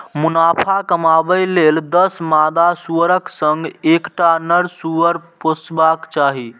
मुनाफा कमाबै लेल दस मादा सुअरक संग एकटा नर सुअर पोसबाक चाही